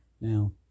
Now